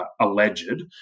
alleged